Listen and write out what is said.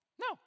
No